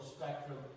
spectrum